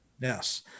yes